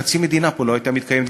חצי מדינה פה לא הייתה מתקיימת.